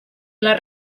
les